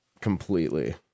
completely